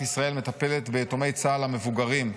ישראל מטפלת ביתומי צה"ל המבוגרים.